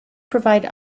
provide